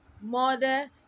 mother